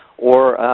or